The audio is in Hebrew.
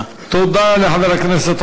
אל תשנה לה את המציאות.